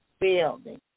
building